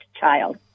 child